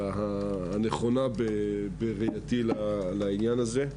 אלא הנכונה בראייתי לעניין הזה.